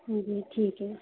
جی ٹھیک ہے